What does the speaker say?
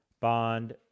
bond